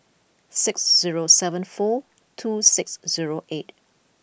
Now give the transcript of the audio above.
six zero seven four two six zero eight